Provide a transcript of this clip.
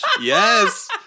Yes